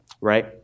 right